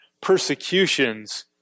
persecutions